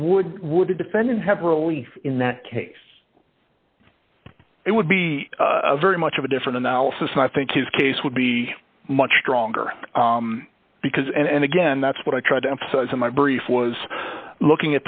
would would the defendant have relief in that case it would be very much of a different analysis and i think his case would be much stronger because and again that's what i tried to emphasize in my brief was looking at